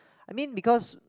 I mean because